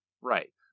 Right